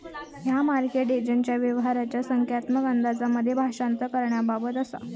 ह्या मार्केट एजंटच्या व्यवहाराचा संख्यात्मक अंदाजांमध्ये भाषांतर करण्याबाबत असा